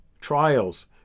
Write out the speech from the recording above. trials